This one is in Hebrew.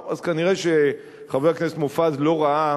טוב, אז כנראה חבר הכנסת מופז לא ראה